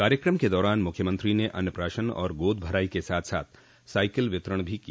कार्यकम के दौरान मुख्यमंत्री ने अन्नप्रासन और गोद भराई के साथ साथ साइकिल वितरण भी किया